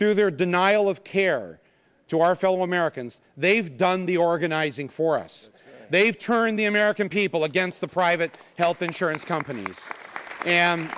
through their denial of care to our fellow americans they've done the organizing for us they've turned the american people against the private health insurance companies and